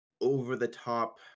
over-the-top